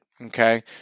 Okay